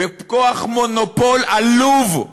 מכוח מונופול עלוב,